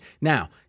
Now